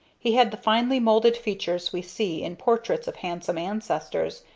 he had the finely molded features we see in portraits of handsome ancestors,